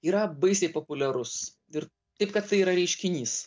yra baisiai populiarus ir taip kad tai yra reiškinys